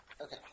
Okay